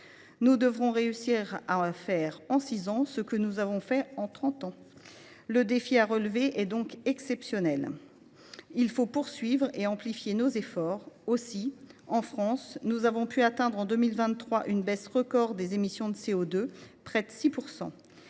Nous devrons réussir à faire en six ans ce que nous avons fait en trente ans. Le défi à relever est exceptionnel. Il faut poursuivre et amplifier nos efforts. Ainsi, en France, nous avons pu atteindre en 2023 une baisse record des émissions de CO2 de près de 6